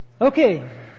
Okay